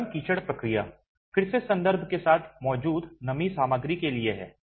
नरम कीचड़ प्रक्रिया फिर से संदर्भ के साथ मौजूद नमी सामग्री के लिए है